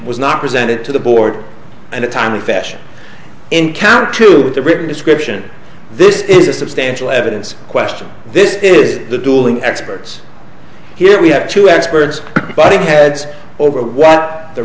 was not presented to the board and a timely fashion in count two of the written description this is a substantial evidence question this is the dueling experts here we have two experts by heads over what the